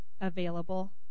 available